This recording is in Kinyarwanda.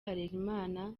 harerimana